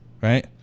right